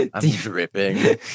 dripping